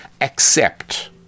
accept